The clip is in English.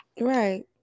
Right